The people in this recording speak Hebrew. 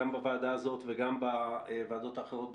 גם בוועדה הזאת וגם בוועדות האחרות בכנסת,